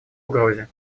угрозе